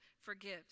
forgives